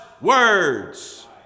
words